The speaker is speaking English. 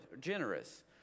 generous